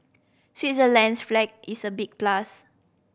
Switzerland's flag is a big plus